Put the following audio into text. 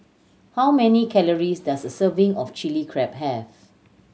how many calories does a serving of Chilli Crab have